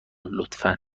لطفا